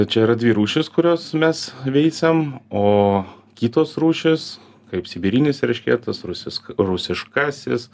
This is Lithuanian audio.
čia yra dvi rūšys kurios mes veisiam o kitos rūšys kaip sibirinis eršketas rusijos k rusiškasis